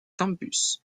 campus